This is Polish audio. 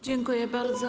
Dziękuję bardzo.